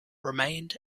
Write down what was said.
remained